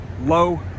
low